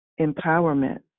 empowerment